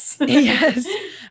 yes